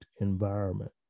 environment